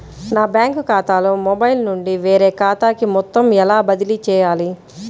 నా బ్యాంక్ ఖాతాలో మొబైల్ నుండి వేరే ఖాతాకి మొత్తం ఎలా బదిలీ చేయాలి?